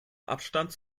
abstand